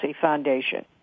Foundation